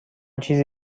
چیزی